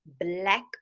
black